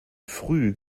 früh